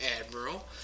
Admiral